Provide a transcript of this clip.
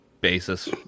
basis